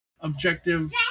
objective